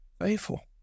faithful